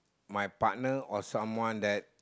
my partner or someone that